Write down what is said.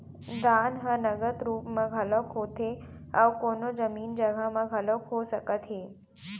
दान ह नगद रुप म घलोक होथे अउ कोनो जमीन जघा म घलोक हो सकत हे